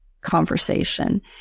conversation